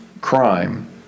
crime